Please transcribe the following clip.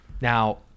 Now